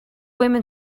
women